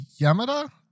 Yamada